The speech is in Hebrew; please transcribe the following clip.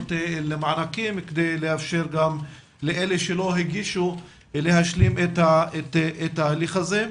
למענקים כדי לאפשר גם לאלה שלא הגישו להשלים את ההליך הזה.